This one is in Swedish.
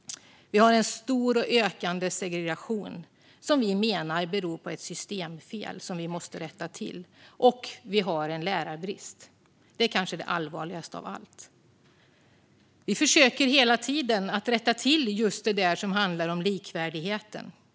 Vi har en stor och ökande segregation som vi menar beror på ett systemfel som vi måste rätta till. Vi har även en lärarbrist, vilket kanske är det allvarligaste av allt. Vi försöker hela tiden att rätta till just det som handlar om likvärdigheten.